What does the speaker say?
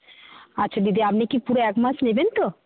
আচ্ছা দিদি আপনি কি পুরো একমাস নেবেন তো